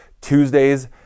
Tuesdays